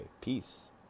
peace